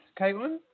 Caitlin